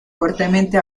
fuertemente